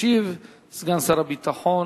ישיב סגן שר הביטחון